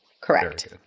Correct